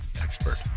expert